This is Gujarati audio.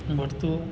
ભળથું